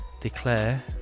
declare